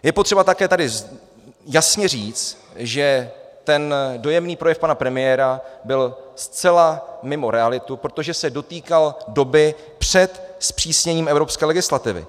Je potřeba také tady jasně říct, že ten dojemný projev pana premiéra byl zcela mimo realitu, protože se dotýkal doby před zpřísněním evropské legislativy.